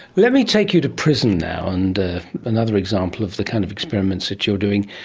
let me take you to prison now and another example of the kind of experiments that you were doing,